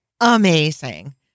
amazing